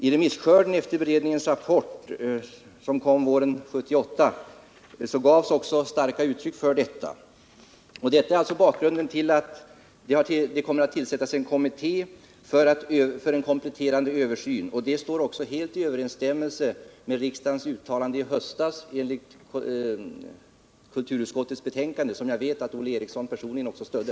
I remisskörden efter beredningens rapport, som kom våren 1978, gavs också starkt uttryck för detta. Det är alltså bakgrunden till att det kommer att tillsättas en kommitté för en kompletterande översyn. Det står också helt i överensstämmelse med riksdagens uttalande i höstas enligt kulturutskottets betänkande, som jag vet att Olle Eriksson personligen stödde.